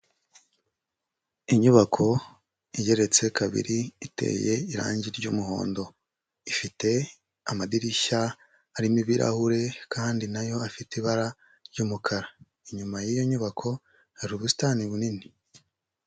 Inyubako igeretse kabiri iteye irangi ry'umuhondo, ifite amadirishya arimo ibirahure kandi na yo afite ibara ry'umukara, inyuma y'iyo nyubako hari ubusitani bunini.